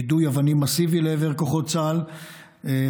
יידוי אבנים מסיבי לעבר כוחות צה"ל ואזרחים,